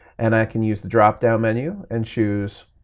and i can use the drop-down menu and choose,